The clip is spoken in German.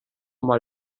mal